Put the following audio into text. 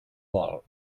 vol